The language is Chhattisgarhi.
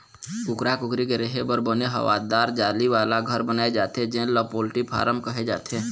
कुकरा कुकरी के रेहे बर बने हवादार जाली वाला घर बनाए जाथे जेन ल पोल्टी फारम कहे जाथे